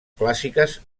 clàssiques